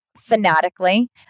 fanatically